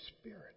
Spirit